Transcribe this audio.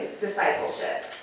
discipleship